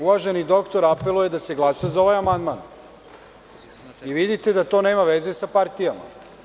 Uvaženi doktor apeluje da se glasa za ovaj amandman i vidite da to nema veze sa partijama.